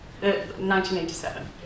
1987